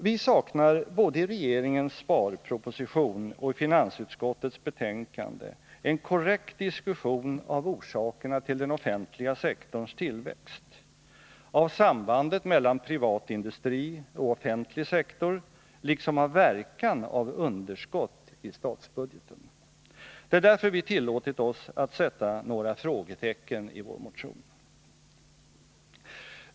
Vi saknar både i regeringens sparproposition och i finansutskottets betänkande en korrekt diskussion av orsakerna till den offentliga sektorns tillväxt och av sambandet mellan privat industri och offentlig sektor, liksom av verkan av underskott i statsbudgeten. Det är därför vi tillåtit oss att sätta några frågetecken i vår motion.